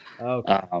Okay